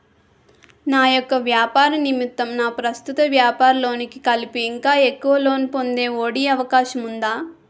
నా యెక్క వ్యాపార నిమిత్తం నా ప్రస్తుత వ్యాపార లోన్ కి కలిపి ఇంకా ఎక్కువ లోన్ పొందే ఒ.డి అవకాశం ఉందా?